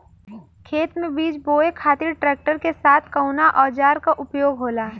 खेत में बीज बोए खातिर ट्रैक्टर के साथ कउना औजार क उपयोग होला?